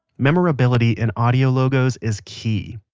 memorability in audio logos is key.